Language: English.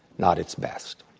not its best.